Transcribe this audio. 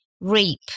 reap